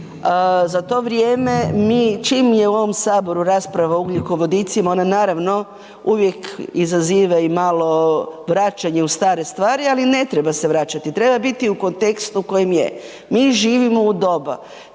za to vrijeme mi, čim je u ovom Saboru rasprava o ugljikovodicima, ona naravno uvijek izaziva i malo vraćanje u stare stvari ali ne treba se vraćati, treba biti u kontekstu u kojem je. Mi živimo u doba